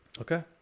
Okay